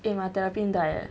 eh my terrapin die eh